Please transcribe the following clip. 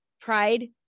pride